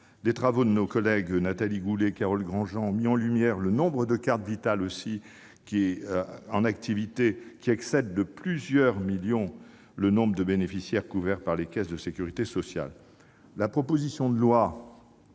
Les travaux de Nathalie Goulet et Carole Grandjean ont mis en lumière que le nombre de cartes Vitale en activité excède de plusieurs millions celui des bénéficiaires couverts par les caisses de sécurité sociale. La proposition de loi